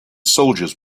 soldiers